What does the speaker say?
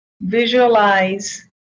visualize